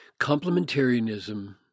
Complementarianism